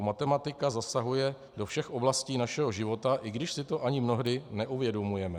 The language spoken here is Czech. Matematika zasahuje do všech oblastí našeho života, i když si to ani mnohdy neuvědomujeme.